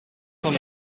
van